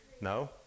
No